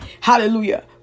Hallelujah